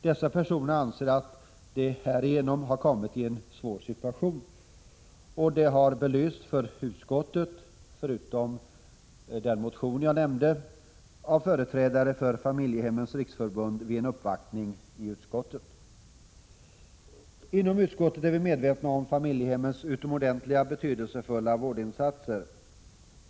Dessa personer anser att de härigenom har kommit i en svår situation, och det har belysts för utskottet — förutom genom den motion jag nämnde — av företrädare för Familjehemmens riksförbund vid en uppvaktning i utskottet. Inom utskottet är vi medvetna om familjehemmens utomordentligt betydelsefulla vårdinsatser.